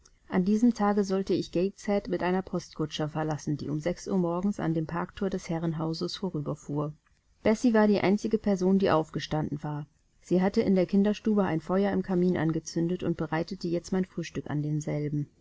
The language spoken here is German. an diesem tage sollte ich gateshead mit einer postkutsche verlassen die um sechs uhr morgens an dem parkthor des herrenhauses vorüberfuhr bessie war die einzige person die aufgestanden war sie hatte in der kinderstube ein feuer im kamin angezündet und bereitete jetzt mein frühstück an demselben